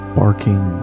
barking